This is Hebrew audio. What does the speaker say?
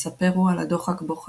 מספר הוא על הדוחק בו חי,